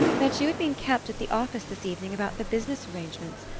that you had been kept at the office this evening about the business arrangements.